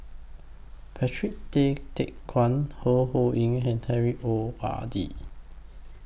Patrick Tay Teck Guan Ho Ho Ying and Harry O R D